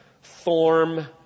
form